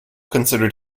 considered